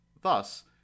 Thus